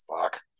fuck